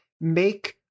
make